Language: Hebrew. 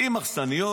עם מחסניות,